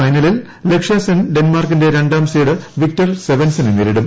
ഫൈനലിൽ ലക്ഷ്യസെൻ ഡെൻമാർക്കിന്റെ രണ്ടാം സീഡ് വിക്ടർ സ്വെൻസനെ നേരിടും